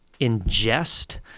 ingest